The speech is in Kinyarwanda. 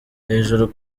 hejuru